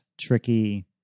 tricky